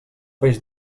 peix